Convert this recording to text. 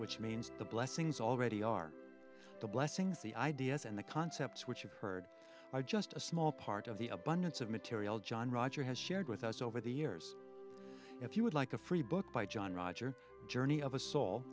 which means the blessings already are the blessings the ideas and the concepts which you've heard just a small part of the abundance of material john roger has shared with us over the years if you would like a free book by john roger journey of a soul